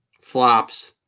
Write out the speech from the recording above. Flops